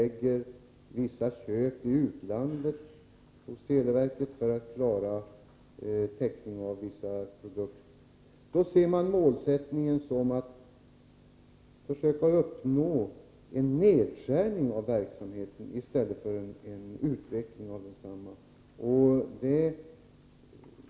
gör vissa köp i utlandet för att täcka behovet av vissa produkter. Då tror man att målsättningen är att man skall försöka uppnå en nedskärning av verksamheten i stället för en utveckling av densamma.